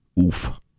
oof